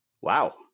wow